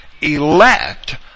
elect